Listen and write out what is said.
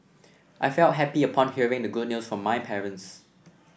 I felt happy upon hearing the good news from my parents